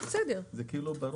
זה ברור.